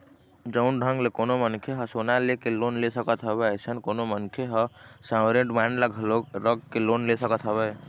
जउन ढंग ले कोनो मनखे ह सोना लेके लोन ले सकत हवय अइसन कोनो मनखे ह सॉवरेन बांड ल घलोक रख के लोन ले सकत हवय